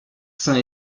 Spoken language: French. sains